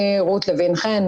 אני רות לוין חן,